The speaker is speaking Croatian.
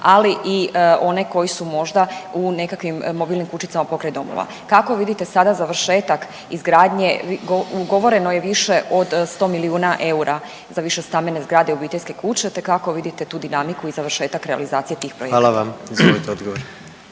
ali i one koji su možda u nekakvim mobilnim kućicama pokraj domova. Kako vidite sada završetak izgradnje? Ugovoreno je više od 100 milijuna eura, za višestambene zgrade i obiteljske kuće te kako vidite tu dinamiku i završetak realizacije tih projekata? **Jandroković,